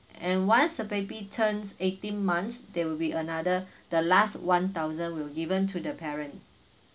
and once the baby turns eighteen months there will be another the last one thousand will given to the parent